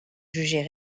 jugés